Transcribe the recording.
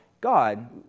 God